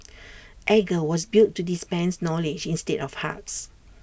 edgar was built to dispense knowledge instead of hugs